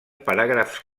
paràgrafs